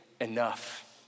enough